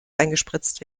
eingespritzt